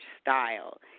style